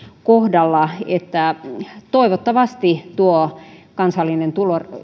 kohdalla toivottavasti kansallinen